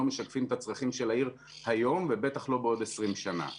משקפים את הצרכים של העיר היום ובטח לא בעוד 20 שנים.